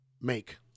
Make